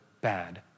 bad